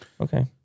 Okay